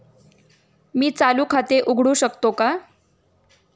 मी चालू खाते उघडू शकतो का?